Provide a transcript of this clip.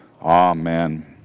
Amen